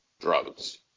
drugs